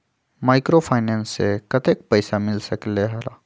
Microfinance से कतेक पैसा मिल सकले ला?